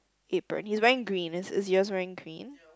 apron he's wearing green is is yours wearing green